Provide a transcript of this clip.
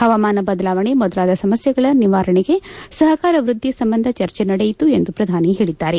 ಹವಾಮಾನ ಬದಲಾವಣೆ ಮೊದಲಾದ ಸಮಸ್ಯೆಗಳ ನಿವಾರಣೆಗೆ ಸಹಕಾರ ವೃದ್ದಿ ಸಂಬಂಧ ಚರ್ಚೆ ನಡೆಯಿತು ಎಂದು ಪ್ರಧಾನಿ ಹೇಳಿದ್ದಾರೆ